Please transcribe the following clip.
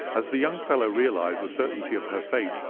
as the young fellow realized the certainty of her fate,